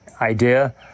idea